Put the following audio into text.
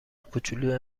کوچولوی